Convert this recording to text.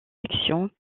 section